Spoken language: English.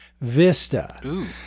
Vista